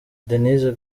denise